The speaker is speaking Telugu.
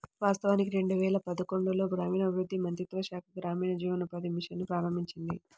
వాస్తవానికి రెండు వేల పదకొండులో గ్రామీణాభివృద్ధి మంత్రిత్వ శాఖ గ్రామీణ జీవనోపాధి మిషన్ ను ప్రారంభించింది